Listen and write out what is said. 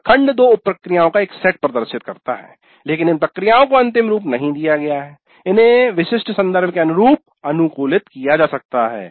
और खंड 2 उप प्रक्रियाओं का एक सेट प्रदर्शित करता है लेकिन इन प्रक्रियाओं को अंतिम रूप नहीं दिया गया है इन्हें विशिष्ट संदर्भ के अनुरूप अनुकूलित किया जा सकता है